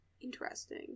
Interesting